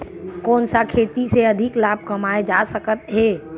कोन सा खेती से अधिक लाभ कमाय जा सकत हे?